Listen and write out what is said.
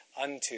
unto